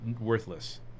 worthless